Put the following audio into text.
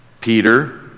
Peter